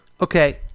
Okay